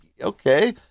Okay